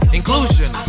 inclusion